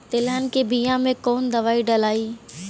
तेलहन के बिया मे कवन दवाई डलाई?